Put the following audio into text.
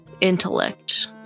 intellect